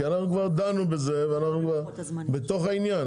כי אנחנו כבר דנו בזה ואנחנו בתוך העניין,